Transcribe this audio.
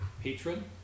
patron